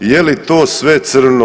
Je li to sve crno?